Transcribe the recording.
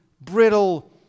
brittle